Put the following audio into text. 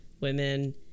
women